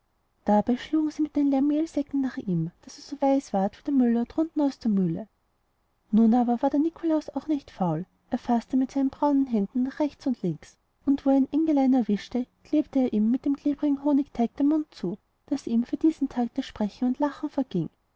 dabei schlugen sie mit den leeren mehlsäcken nach ihm daß er so weiß ward wie der müller drunten aus der mühle nun aber war der nikolaus auch nicht faul er faßte mit seinen braunen händen nach rechts und links und wo er ein engelein erwischte klebte er ihm mit dem klebrigten honigteig den mund zu daß ihm für diesen tag das sprechen und lachen verging